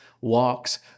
walks